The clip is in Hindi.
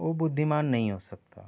वो बुद्धिमान नहीं हो सकता